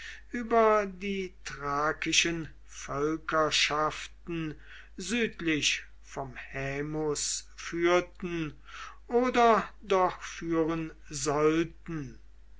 über die thrakischen völkerschaften südlich vom haemus führten oder doch führen sollten